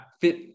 fit